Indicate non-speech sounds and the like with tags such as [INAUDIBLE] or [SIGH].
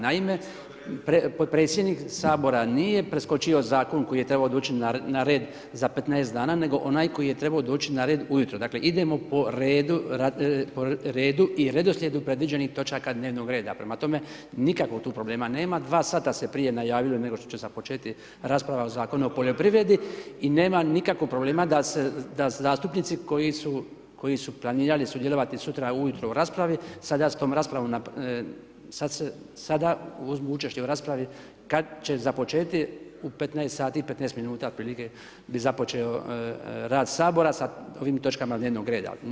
Naime, potpredsjednik Sabora nije preskočio zakon koji je trebao doći na red za 15 dana nego onaj koji je trebao doći na red ujutro, dakle idemo po redu i redoslijedu predviđenih točaka dnevnog reda, prema tome, nikakvog problema tu nema, dva sata se prije najavilo nego što će započeti rasprava o Zakonu o poljoprivredi i nema nikakvog problema da zastupnici koji su planirali sudjelovati sutra ujutro u raspravi, sada s tom raspravom, sada ... [UNINTELLIGIBLE] kad će započeti u 15 sati i 15 minuta otprilike bi započeo rad Sabora sa ovim točkama dnevnog reda.